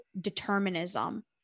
determinism